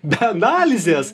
be analizės